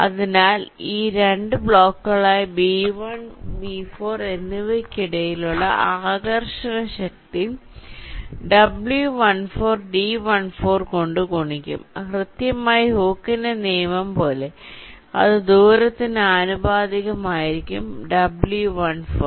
അതിനാൽ ഈ രണ്ട് ബ്ലോക്കുകളായ B1 B4 എന്നിവയ്ക്കിടയിലുള്ള ആകർഷണ ശക്തി w14 d14 കൊണ്ട് ഗുണിക്കും കൃത്യമായി ഹൂക്കിന്റെ നിയമം പോലെ അത് ദൂരത്തിന് ആനുപാതികമായിരിക്കും w14